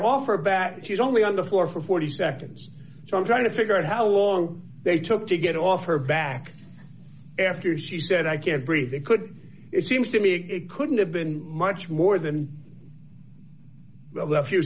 for back she's only on the floor for forty seconds so i'm trying to figure out how long they took to get off her back after she said i can't breathe could it seems to me it couldn't have been much more than